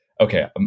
okay